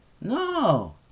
No